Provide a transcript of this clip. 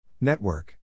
Network